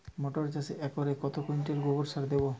মটর চাষে একরে কত কুইন্টাল গোবরসার দেবো?